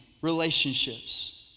relationships